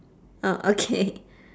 oh okay